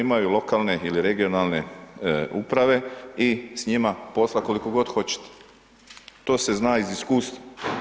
Imaju lokalne ili regionalne uprave i s njima posla koliko god hoćete, to se zna iz iskustva.